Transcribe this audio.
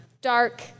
dark